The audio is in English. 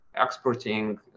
exporting